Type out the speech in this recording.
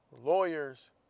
lawyers